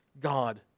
God